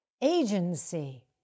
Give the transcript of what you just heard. Agency